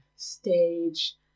stage